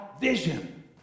vision